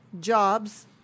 jobs